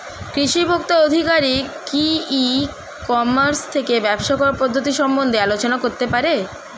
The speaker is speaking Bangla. কৃষি ভোক্তা আধিকারিক কি ই কর্মাস থেকে ব্যবসা করার পদ্ধতি সম্বন্ধে আলোচনা করতে পারে?